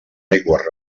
aigües